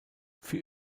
für